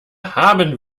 haben